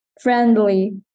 friendly